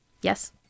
Yes